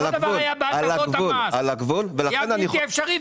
אותו הדבר היה בהטבות המס; היה בלתי אפשרי,